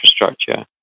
infrastructure